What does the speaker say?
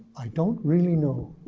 i don't really know.